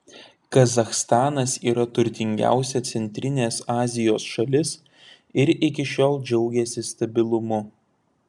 kazachstanas yra turtingiausia centrinės azijos šalis ir iki šiol džiaugėsi stabilumu